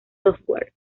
software